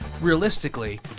realistically